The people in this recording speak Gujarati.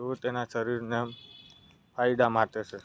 તો તેના શરીરને ફાયદા માટે છે